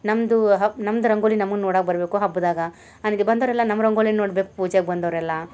ನಮ್ಮದು ಹಬ್ ನಮ್ದು ರಂಗೋಲಿ ನಮನ್ನು ನೋಡಕ್ಕೆ ಬರಬೇಕು ಹಬ್ಬದಾಗ ಮನೆಗೆ ಬಂದೋರೆಲ್ಲ ನಮ್ಮ ರಂಗೋಲಿ ನೋಡಬೇಕು ಪೂಜೆಗೆ ಬಂದವರೆಲ್ಲ